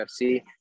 UFC